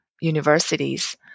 universities